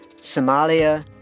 Somalia